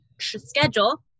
schedule